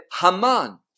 Haman